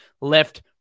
left